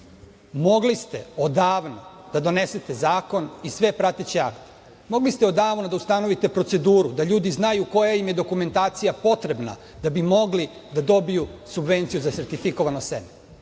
ste odavno da donese zakon i sve prateće akte. Mogli ste odavno da ustanovite proceduru, da ljudi znaju koja im je dokumentacija potrebna, da bi mogli da dobiju subvenciju za sertifikovano seme.